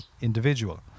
individual